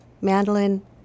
mandolin